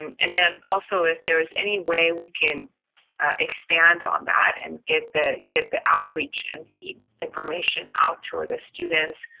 and and then also if there's any way we can expand on that and get the get the outreach and the information out to the students